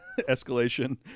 escalation